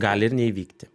gali ir neįvykti